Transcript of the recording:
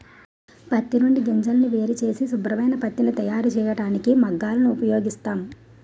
పత్తి నుండి గింజను వేరుచేసి శుభ్రమైన పత్తిని తయారుచేయడానికి మగ్గాలను ఉపయోగిస్తాం